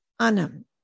Anam